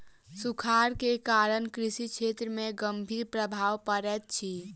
सूखाड़ के कारण कृषि क्षेत्र में गंभीर प्रभाव पड़ैत अछि